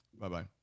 Bye-bye